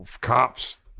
cops